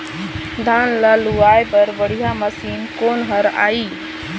धान ला लुआय बर बढ़िया मशीन कोन हर आइ?